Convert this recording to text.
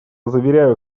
заверяю